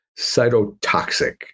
cytotoxic